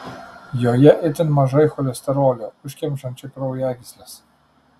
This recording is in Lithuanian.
joje itin mažai cholesterolio užkemšančio kraujagysles